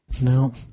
no